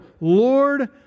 Lord